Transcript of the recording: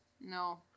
No